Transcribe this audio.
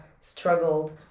struggled